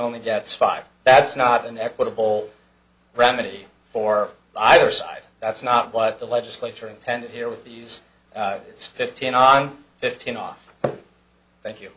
only gets five that's not an equitable remedy for either side that's not quite the legislature intended here with these it's fifteen on fifteen off thank you